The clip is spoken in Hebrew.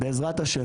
בעזרת השם.